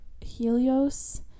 Helios